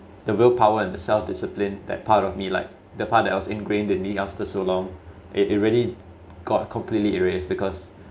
the willpower and the self discipline that part of me like the part that was ingrained in me after so long it already got completely erased because